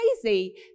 crazy